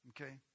Okay